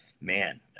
Man